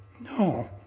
No